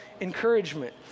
encouragement